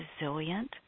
resilient